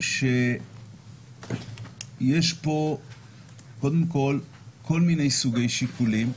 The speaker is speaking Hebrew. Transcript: קודם כול, יש פה כל מיני סוגי שיקולים.